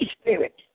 spirit